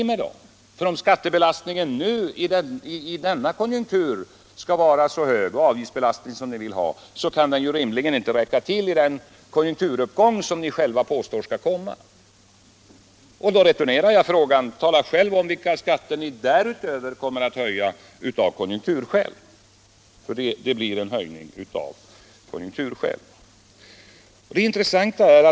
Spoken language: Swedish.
Om skatteoch avgiftsbelastningen i nuvarande konjunktur skall vara så hög som ni vill, kan den rimligen inte räcka till i den konjunkturuppgång som ni själva påstår skall komma. Därför returnerar jag uppmaningen: Tala själva om vilka skatter ni härutöver kommer att höja av konjunkturskäl! Det blir nämligen en sådan höjning om konjunkturläget kräver att köpkraft dras in.